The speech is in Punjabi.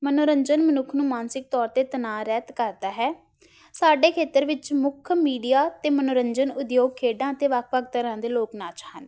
ਮਨੋਰੰਜਨ ਮਨੁੱਖ ਨੂੰ ਮਾਨਸਿਕ ਤੌਰ 'ਤੇ ਤਣਾਅ ਰਹਿਤ ਕਰਦਾ ਹੈ ਸਾਡੇ ਖੇਤਰ ਵਿੱਚ ਮੁੱਖ ਮੀਡੀਆ ਅਤੇ ਮਨੋਰੰਜਨ ਉਦਯੋਗ ਖੇਡਾਂ ਅਤੇ ਵੱਖ ਵੱਖ ਤਰ੍ਹਾਂ ਦੇ ਲੋਕ ਨਾਚ ਹਨ